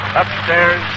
upstairs